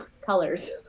colors